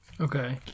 okay